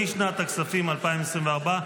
לשנת הכספים 2024,